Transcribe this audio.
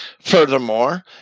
Furthermore